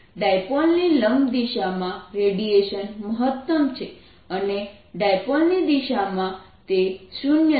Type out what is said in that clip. ડાયપોલની લંબ દિશામાં રેડિયેશન મહત્તમ છે અને ડાયપોલની દિશામાં તે શૂન્ય છે